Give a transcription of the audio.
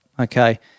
okay